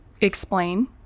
Explain